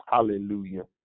Hallelujah